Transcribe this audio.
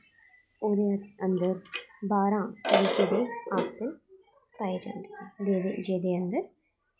ओह्दे अंदर बारां आसन पाये जंदे न जेह्दे कन्नै